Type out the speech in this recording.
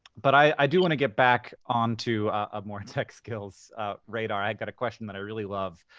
but i do want to get back onto a more tech skills radar. i've got a question that i really love.